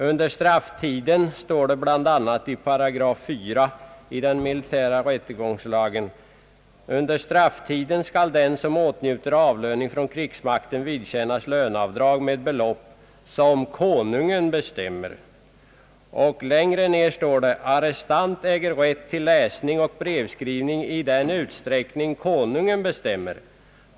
I 4 § i den militära rättegångslagen står det: »Under strafftiden skall den som åtnjuter avlöning från krigsmakten vidkännas löneavdrag med belopp som Konungen bestämmer.» Längre ner står det: »Arrestant äger rätt till läsning och brevskrivning i den utsträckning Konungen bestämmer.